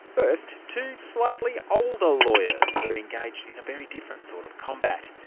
first, two slightly older lawyers who are engaged in a very different sort of combat.